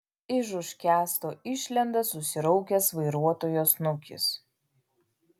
iš už kęsto išlenda susiraukęs vairuotojo snukis